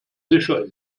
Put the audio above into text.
sicher